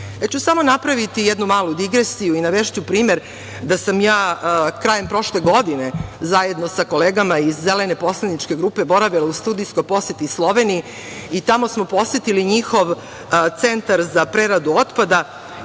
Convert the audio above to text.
ću samo napraviti jednu malu digresiju i navešću primer da sam ja krajem prošle godine zajedno sa kolegama iz Zelene poslaničke grupe boravila u studijskoj poseti Sloveniji. Tamo smo posetili njihov centar za preradu otpada